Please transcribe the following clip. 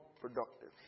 productive